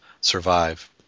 survive